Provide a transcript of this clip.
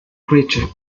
creature